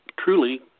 Truly